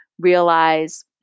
realize